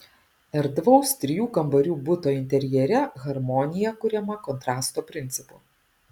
erdvaus trijų kambarių buto interjere harmonija kuriama kontrasto principu